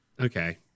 okay